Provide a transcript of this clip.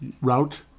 route